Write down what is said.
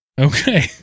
okay